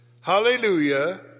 Hallelujah